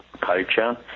culture